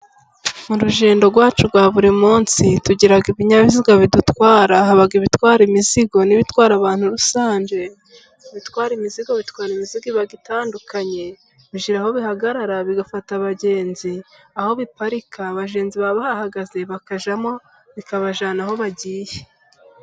Mu rugendo rwacu rwa buri munsi tugira ibinyabiziga bidutwara haba ibitwara imizigo, n'ibitwara abantu rusange. Ibitwara imizigo, bitwara imizigo itandukanye, bigira aho bihagarara bigafata abagenzi. Aho biparika abagenzi baba bahagaze, bakajyamo bikabajyana aho bagiye.